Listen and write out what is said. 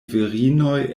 virinoj